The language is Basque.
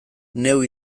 neu